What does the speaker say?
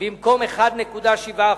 במקום 1.7%,